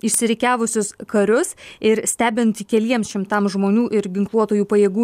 išsirikiavusius karius ir stebint keliems šimtams žmonių ir ginkluotųjų pajėgų